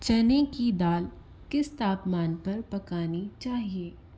चने की दाल किस तापमान पर पकानी चाहिए